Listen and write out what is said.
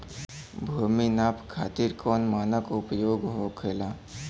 भूमि नाप खातिर कौन मानक उपयोग होखेला?